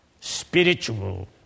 spiritual